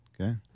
Okay